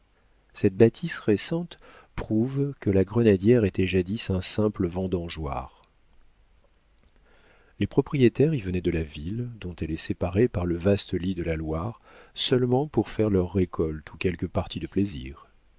cette bâtisse récente prouve que la grenadière était jadis un simple vendangeoir les propriétaires y venaient de la ville dont elle est séparée par le vaste lit de la loire seulement pour faire leur récolte ou quelque partie de plaisir